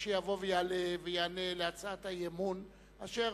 שיבוא ויעלה ויענה להצעת האי-אמון, אשר